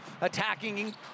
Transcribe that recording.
attacking